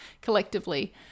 collectively